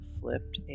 flipped